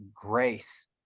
grace